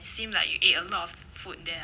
it seemed like you eat a lot of food there ah